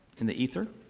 in the ether?